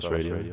Radio